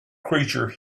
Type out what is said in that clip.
creature